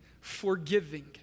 forgiving